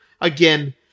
again